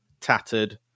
tattered